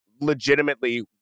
legitimately